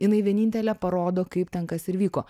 jinai vienintelė parodo kaip ten kas ir vyko